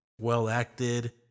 well-acted